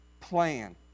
plan